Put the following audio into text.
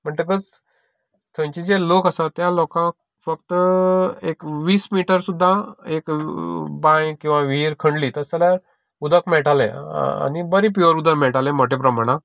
पूण थंयचे जे लोक आसात त्या लोकांक फक्त एक वीस लिटर सुद्दां एक बांय किंवा विहीर खणली जाल्यार उदक मेळटालें आनी आनी बरें प्यूअर उदक मेळटालें मोठे प्रमाणांत